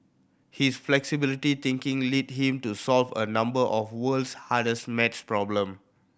his flexibility thinking led him to solve a number of the world's hardest maths problem